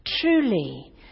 truly